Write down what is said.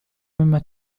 مما